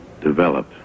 develop